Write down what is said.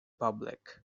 public